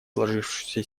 сложившуюся